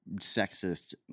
sexist